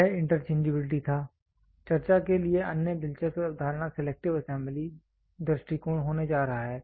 यह इंटरचेंजबिलिटी था चर्चा के लिए अन्य दिलचस्प अवधारणा सिलेक्टिव असेंबली दृष्टिकोण होने जा रहा है